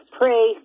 pray